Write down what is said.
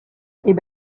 est